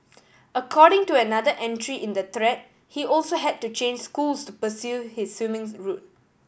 according to another entry in the thread he also had to change schools to pursue his swimming route